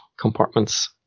compartments